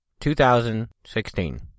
2016